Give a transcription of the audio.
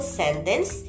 sentence